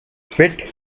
fit